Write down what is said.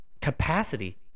capacity